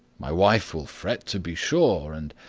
my wife will fret, to be sure. and,